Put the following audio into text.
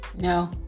No